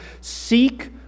Seek